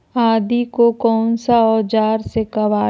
आदि को कौन सा औजार से काबरे?